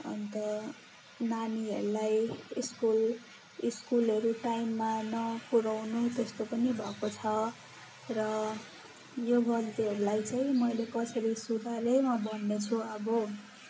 अन्त नानीहरूलाई स्कुल स्कुलहेरू टाइममा नपुऱ्याउनु त्यस्तो पनि भएको छ र यो गल्तीहरूलाई चाहिँ मैले कसरी सुधारेँ म भन्नेछु अब